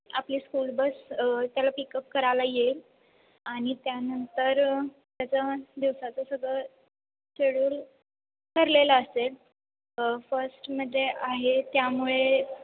आपली school bus त्याला pickup करायला येईल आणि त्यानंतर त्याचं दिवसाचं सगळं शेड्यूल ठरलेलं असेल फर्स्टमध्ये आहे त्यामुळे